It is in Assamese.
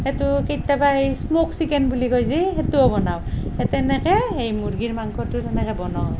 সেইটো কেতিয়াবা এই স্মক চিকেন বুলি কয় যে সেইটোও বনাওঁ সেই তেনেকে এই মূৰ্গীৰ মাংসটো তেনেকে বনোৱা হয়